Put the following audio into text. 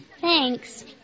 Thanks